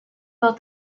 both